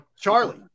Charlie